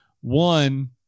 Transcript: One